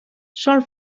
sol